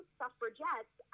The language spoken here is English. suffragettes